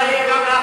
זאת לא הייתה הצעה